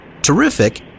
Terrific